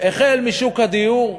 החל משוק הדיור,